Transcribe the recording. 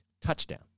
touchdown